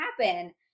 happen